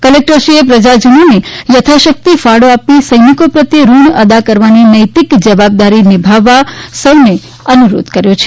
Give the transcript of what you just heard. કલેકટરશ્રીએ પ્રજાજનો યથાશકિત કાળો આપી સૈનિકો પ્રત્યે ઋણ અદા કરવાની નંતિક જવાબદારી નિભાવવા સૌને અનુરોધ કર્યો છે